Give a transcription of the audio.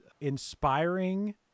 inspiring